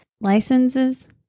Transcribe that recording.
licenses